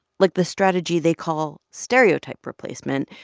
like the strategy they call stereotype replacement,